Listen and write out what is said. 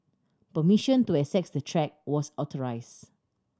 permission to access the track was authorised